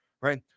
Right